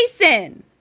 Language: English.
Jason